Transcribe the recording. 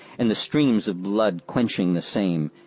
and the streams of blood quenching the same,